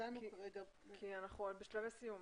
כי אנחנו בשלבי סיום.